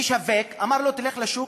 ואמר לו: תלך לשוק,